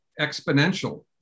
exponential